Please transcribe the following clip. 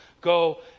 Go